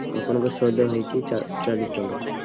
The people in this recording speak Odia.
ଆପଣଙ୍କ ସୋଲ ହେଇଛି ଚା ଚାଳିଶ ଟଙ୍କା